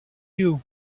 you